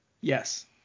Yes